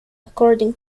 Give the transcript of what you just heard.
according